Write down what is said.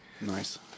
Nice